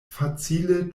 facile